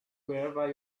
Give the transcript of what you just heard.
wherever